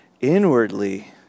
Inwardly